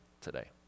today